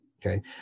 okay